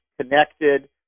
connected